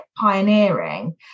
pioneering